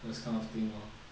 this kind of thing lor